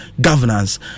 Governance